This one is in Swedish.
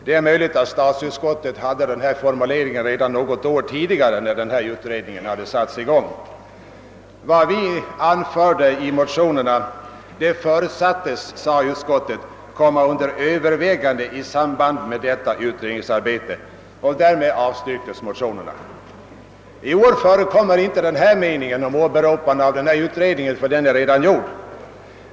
Det är möjligt att statsutskottet gjorde en sådan hänvisning även något år tidigare när denna utredning sattes i gång. Vad vi anfört i motionerna förutsattes, enligt vad utskottet då uttalade, komma under övervägande i samband med utredningsarbete, och därmed avstyrktes motionerna. I år förekommer dock inte detta åberopande av nämnda utredning, ty den är slutförd.